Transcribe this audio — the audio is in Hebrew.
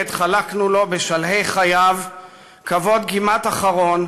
עת חלקנו לו בשלהי חייו כבוד כמעט אחרון,